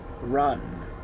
run